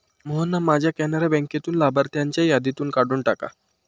मोहनना माझ्या कॅनरा बँकेतून लाभार्थ्यांच्या यादीतून काढून टाका